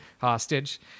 hostage